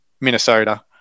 Minnesota